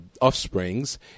offsprings